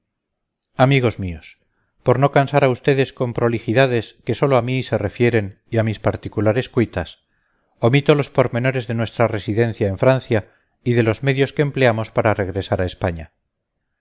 amigos míos por no cansar a ustedes con prolijidades que sólo a mí se refieren y a mis particulares cuitas omito los pormenores de nuestra residencia en francia y de los medios que empleamos para regresar a españa